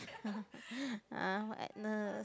uh what Agnes